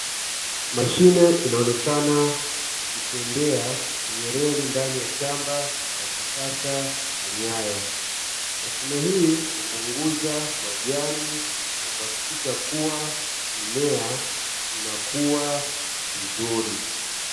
Mashine inaonekana kutembea kwenye reli ndani ya shamba la kisasa la nyaya. Mashine hii hupunguza majani na kuhakikisha kua mimea inakua vizuri.